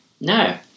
No